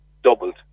doubled